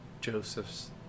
Joseph's